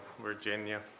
Virginia